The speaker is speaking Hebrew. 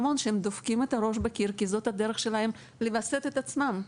שדופקים את הראש בקיר כי זאת הדרך שלהם לווסת את עצמם.